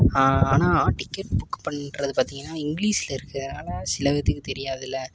ஆனால் ticket book பண்ணுறது பார்த்தீங்கன்னா இங்கிலீஷில் இருக்குது அதனால சில பேர்த்துக்கு தெரியாதில்ல